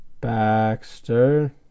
Baxter